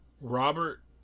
Robert